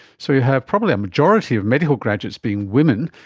so we have probably a majority of medical graduates being women,